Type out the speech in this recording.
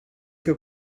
que